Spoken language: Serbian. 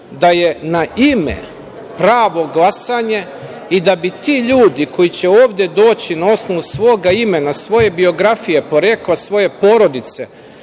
da je na ime pravo glasanje i da bi ti ljudi koji će ovde doći na osnovu svog imena, svoje biografije, porekla svoje porodice